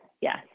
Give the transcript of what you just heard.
Yes